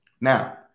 now